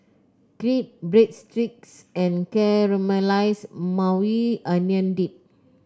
Crepe Breadsticks and Caramelized Maui Onion Dip